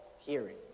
hearing